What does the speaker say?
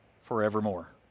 forevermore